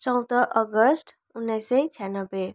चौध अगस्त उन्नाइस सय छयानब्बे